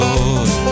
Lord